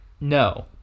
No